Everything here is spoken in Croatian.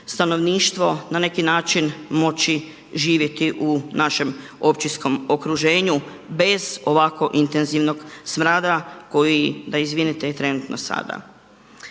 stanovništvo na neki način moći živjeti u našem općinskom okruženju bez ovakvo intenzivnog smrada koji je da izvinete, trenutno sada.